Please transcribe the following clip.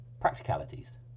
Practicalities